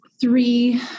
three